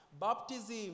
baptism